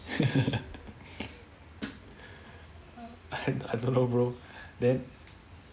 I don't know bro then